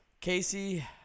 Casey